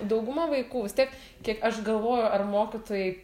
dauguma vaikų vis kiek tiek aš galvoju ar mokytojai